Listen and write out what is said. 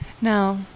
No